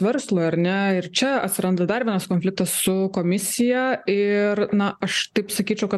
verslui ar ne ir čia atsiranda dar vienas konfliktas su komisija ir na aš taip sakyčiau kad